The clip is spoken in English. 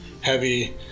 heavy